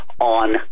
on